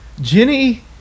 Jenny